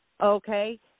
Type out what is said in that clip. Okay